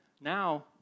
now